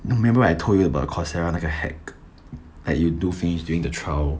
remember I told you about the Coursera 那个 hack that you do finish during the trial